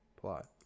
plot